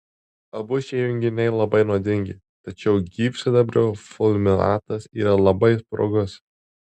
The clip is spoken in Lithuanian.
abu šie junginiai labai nuodingi tačiau gyvsidabrio fulminatas yra labai sprogus